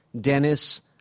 Dennis